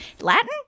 Latin